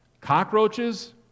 cockroaches